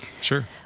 Sure